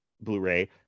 Blu-ray